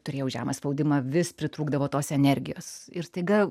turėjau žemą spaudimą vis pritrūkdavo tos energijos ir staiga